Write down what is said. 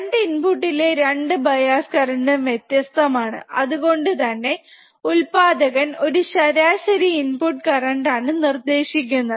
2 input ഇലെ 2 bias current ഉം വ്യത്യസതമാണ് അത്കൊണ്ട് തന്ന ഉത്പാദകൻ ഒരു ശരാശരി ഇൻപുട് കറന്റ് ആണ് നിർദ്ദേശിക്കുന്നത്